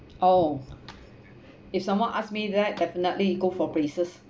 oh if someone asked me then I definitely go for braces